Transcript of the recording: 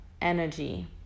energy